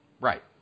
Right